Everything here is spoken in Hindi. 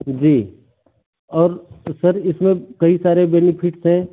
जी और सर इसमें कई सारे बेनिफिट्स हैं